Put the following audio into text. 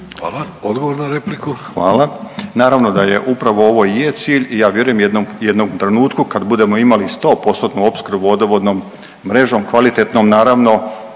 Mladen (HDZ)** Hvala. Naravno da je upravo i je cilj i ja vjerujem u jednom trenutku kad budemo imali 100%-tnu opskrbu vodovodnom mrežom, kvalitetnom naravno,